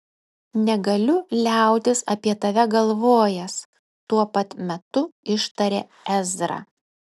negaliu liautis apie tave galvojęs tuo pat metu ištarė ezra